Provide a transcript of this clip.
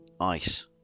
Ice